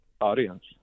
audience